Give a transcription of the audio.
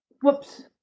whoops